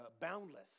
Boundless